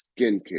skincare